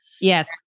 Yes